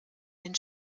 den